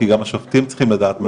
כי גם השופטים צריכים לדעת.